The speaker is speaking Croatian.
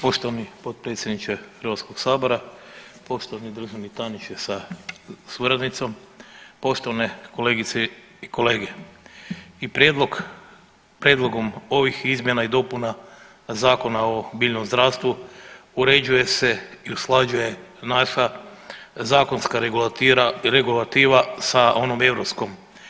Poštovani potpredsjedniče Hrvatskog sabora, poštovani državni tajniče sa suradnicom, poštovane kolegice i kolege i prijedlog, prijedlogom ovih izmjena i dopuna Zakona o biljnom zdravstvu uređuje se i usklađuje naša zakonska regulativa sa onom europskom.